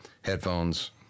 headphones